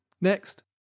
Next